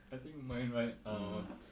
I think mine right err